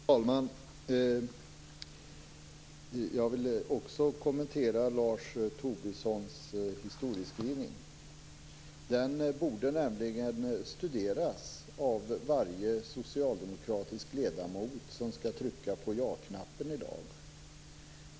Fru talman! Jag vill också kommentera Lars Tobissons historieskrivning. Den borde nämligen studeras av varje socialdemokratisk ledamot som skall trycka på ja-knappen i dag.